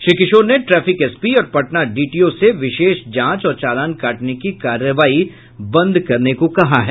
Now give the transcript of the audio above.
श्री किशोर ने traffic SP और Patna DTO से विशेष जांच और चालान काटने की कार्रवाई बंद करने को कहा है